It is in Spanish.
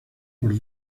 por